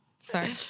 Sorry